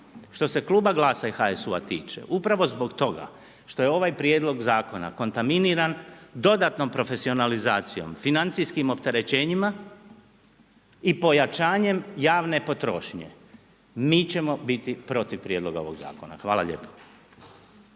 Što se kluba GLAS-a i HSU-a tiče, upravo zbog toga što je ovaj prijedlog Zakona kontaminiran dodatnom profesionalizacijom, financijskim opterećenjima i pojačanjem javne potrošnje, mi ćemo protiv prijedloga ovog Zakona. Hvala lijepo.